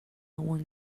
one